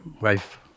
wife